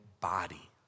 body